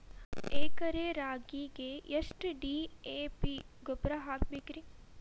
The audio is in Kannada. ಎಕರೆ ರಾಗಿಗೆ ಎಷ್ಟು ಡಿ.ಎ.ಪಿ ಗೊಬ್ರಾ ಹಾಕಬೇಕ್ರಿ?